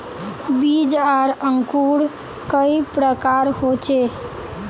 बीज आर अंकूर कई प्रकार होचे?